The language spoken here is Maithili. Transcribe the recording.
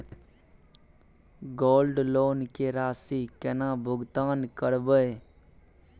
गोल्ड लोन के राशि केना भुगतान करबै?